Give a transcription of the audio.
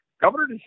Governor